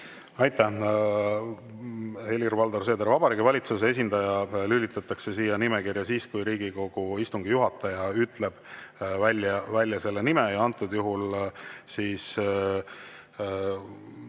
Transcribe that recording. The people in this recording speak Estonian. Aitäh, Helir-Valdor Seeder! Vabariigi Valitsuse esindaja lülitatakse siia nimekirja siis, kui Riigikogu istungi juhataja ütleb selle nime välja. Antud juhul ma